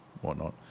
whatnot